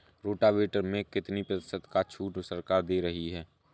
Rotavator में कितनी प्रतिशत का छूट सरकार दे रही है?